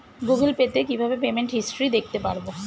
Google Pay তে কিভাবে payment history দেখতে পারবো?